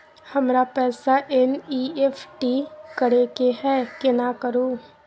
हमरा पैसा एन.ई.एफ.टी करे के है केना करू?